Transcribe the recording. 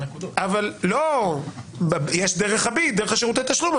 יש דרך הביט ודרך שירותי התשלום.